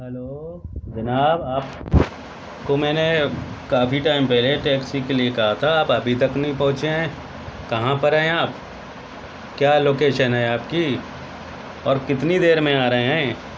hello جناب آپ کو میں نے کافی ٹائم پہلے ٹیکسی کے لیے کہا تھا آپ ابھی تک نہیں پہنچے ہیں کہاں پر ہیں آپ کیا لوکیشن ہے آپ کی اور کتنی دیر میں آ رہے ہیں